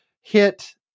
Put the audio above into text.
hit